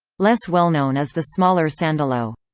less well-known is the smaller sandolo.